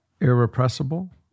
Irrepressible